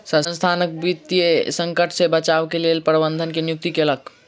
संसथान वित्तीय संकट से बचाव के लेल प्रबंधक के नियुक्ति केलक